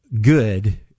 good